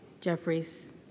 Jeffries